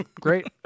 Great